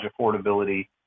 affordability